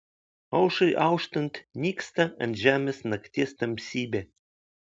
aušrai auštant nyksta ant žemės nakties tamsybė